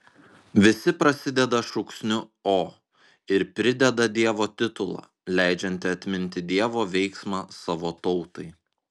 visi prasideda šūksniu o ir prideda dievo titulą leidžiantį atminti dievo veiksmą savo tautai